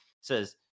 says